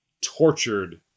tortured